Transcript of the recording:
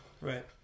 right